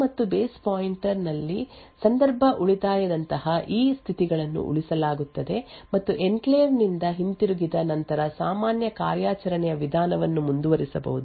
ಆದ್ದರಿಂದ ಸ್ಟಾಕ್ ಮತ್ತು base pointer ನಲ್ಲಿ ಸಂದರ್ಭ ಉಳಿತಾಯದಂತಹ ಈ ಸ್ಥಿತಿಗಳನ್ನು ಉಳಿಸಲಾಗುತ್ತದೆ ಮತ್ತು ಎನ್ಕ್ಲೇವ್ ನಿಂದ ಹಿಂತಿರುಗಿದ ನಂತರ ಸಾಮಾನ್ಯ ಕಾರ್ಯಾಚರಣೆಯ ವಿಧಾನವನ್ನು ಮುಂದುವರಿಸಬಹುದು